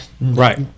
Right